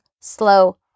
slow